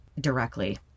directly